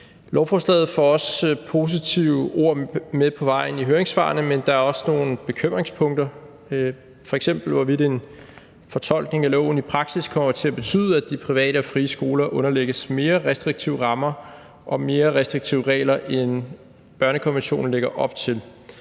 Lovforslaget får også positive ord med på vejen i høringssvarene, men der er også nogle bekymringspunkter, f.eks. om, hvorvidt en fortolkning af loven i praksis kommer til at betyde, at de private og frie skoler underlægges mere restriktive rammer og mere restriktive regler, end børnekonventionen lægger op til.